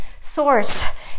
source